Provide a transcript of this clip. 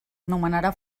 nomenarà